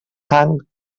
tant